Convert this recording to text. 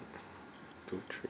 two three